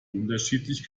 unterschiedlich